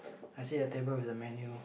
I see the table with the menu